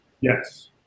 Yes